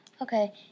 Okay